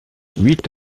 huit